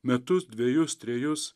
metus dvejus trejus